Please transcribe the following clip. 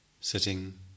sitting